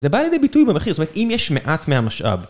זה בא לידי ביטוי במחיר, זאת אומרת, אם יש מעט מהמשאב.